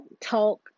talk